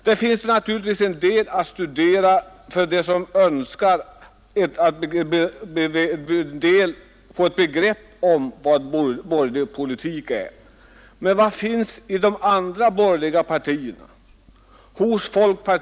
Där finns naturligtvis en del att studera för dem som önskar få ett begrepp om vad borgerlig politik är. Men vad finns i de andra borgerliga partiernas motioner?